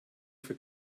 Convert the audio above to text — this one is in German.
für